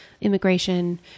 immigration